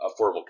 Affordable